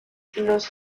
los